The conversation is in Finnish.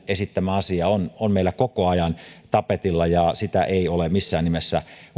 asia on on meillä koko ajan tapetilla ja sitä ei ole missään nimessä